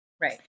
Right